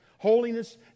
Holiness